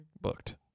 booked